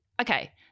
okay